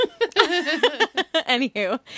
Anywho